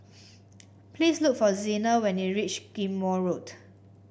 please look for Xena when you reach Ghim Moh Road